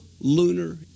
lunar